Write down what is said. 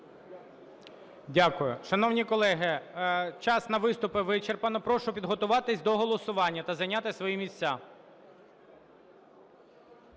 Дякую. Шановні колеги, час на виступи вичерпано. Прошу підготуватися до голосування та зайняти свої місця.